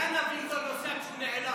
יבגני,